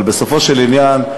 אבל בסופו של עניין,